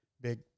big